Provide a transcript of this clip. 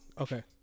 Okay